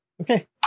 Okay